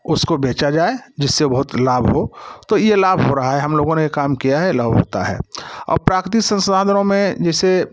उसको बेचा जाए जिससे बहुत लाभ हो तो ये लाभ हो रहा है हम लोग ने काम किया है लाभ होता है और प्राकृतिक संसाधनों में जैसे